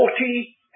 forty